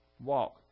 Walk